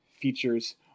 features